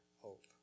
hope